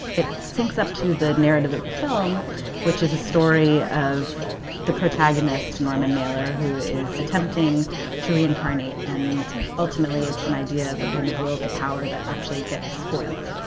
it sinks up to the narrative of the film which is a story of the protagonist norman mailer who is attempting to reincarnate and ultimately it's an idea of a kind of will to power that actually gets foiled.